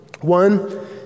one